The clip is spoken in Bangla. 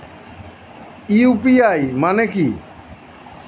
ইউ.পি.আই মানে কি?